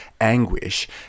anguish